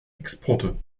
exporte